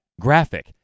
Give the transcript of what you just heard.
graphic